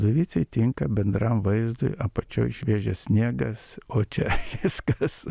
dovicėj tinka bendram vaizdui apačioj šviežias sniegas o čia viskas